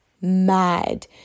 mad